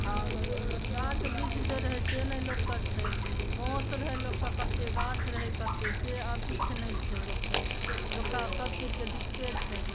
अहाँके गाछ वृक्ष जे रहै से नहि लोकके छै बाँस रहै लोकके कतेक गाछ रहै कतेक से आब किछु नहि छै लोकके लोकके आब सबकिछुके दिक्कते छै